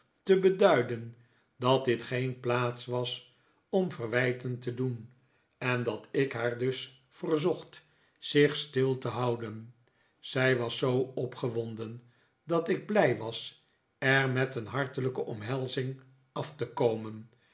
te beduiden dat dit geen plaats was om verwijten te doen en dat ik haar dus verzocht zich stil te houden zij was zoo opgewonden dat ik blij was er met een hartelijke omhelzing af te komen